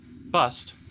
bust